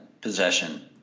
possession